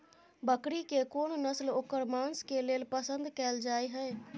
बकरी के कोन नस्ल ओकर मांस के लेल पसंद कैल जाय हय?